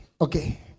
Okay